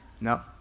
No